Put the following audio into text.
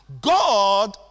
God